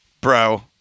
bro